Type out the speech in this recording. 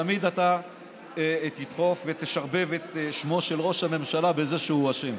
תמיד אתה תדחוף ותשרבב את שמו של ראש הממשלה בזה שהוא אשם.